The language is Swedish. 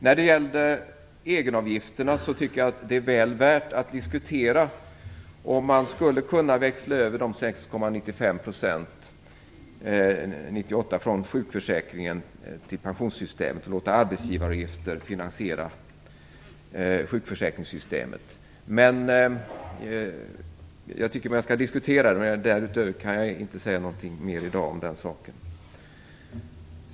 När det gäller egenavgifterna tycker jag att det är väl värt att diskutera om man 1998 skulle kunna växla över de 6,95 procenten från sjukförsäkringen till pensionssystemet och låta arbetsgivaravgifter finansiera sjukförsäkringssystemet. Jag tycker att man skall diskutera det, men i dag kan jag inte säga så mycket mera om den saken.